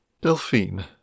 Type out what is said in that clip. Delphine